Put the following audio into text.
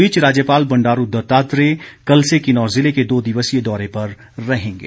इस बीच राज्यपाल बंडारू दत्तात्रेय कल से किन्नौर ज़िले के दो दिवसीय दौरे पर रहेंगे